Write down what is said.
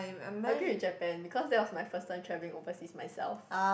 agree with Japan because that was my first time travelling overseas myself